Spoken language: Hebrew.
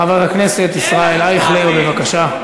חבר הכנסת ישראל אייכלר, בבקשה.